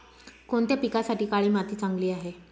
कोणत्या पिकासाठी काळी माती चांगली आहे?